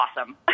awesome